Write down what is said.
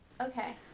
okay